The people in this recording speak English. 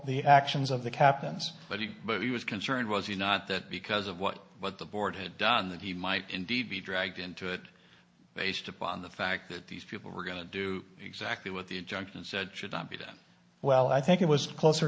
the actions of the captains but it but he was concerned was he not that because of what what the board had done that he might indeed be dragged into it based upon the fact that these people were going to do exactly what the judge said should not be done well i think it was closer